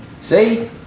See